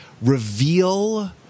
reveal